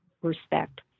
respect